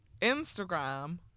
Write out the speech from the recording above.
Instagram